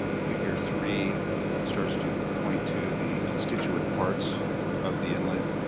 figure three starts to point to the constituent parts of the inlet.